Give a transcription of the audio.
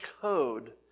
code